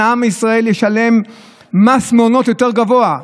עם ישראל ישלם מס מעונות יותר גבוה.